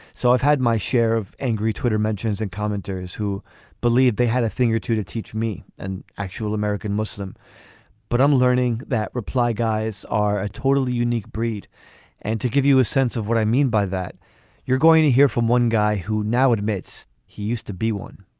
so i've had my share of angry twitter mentions and commenters who believed they had a thing or two to teach me an actual american muslim but i'm learning that reply guys are a totally unique breed and to give you a sense of what i mean by that you're going to hear from one guy who now admits he used to be one